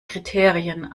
kriterien